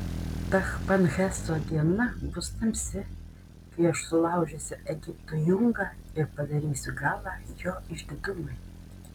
tachpanheso diena bus tamsi kai aš sulaužysiu egipto jungą ir padarysiu galą jo išdidumui